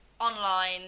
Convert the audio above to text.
online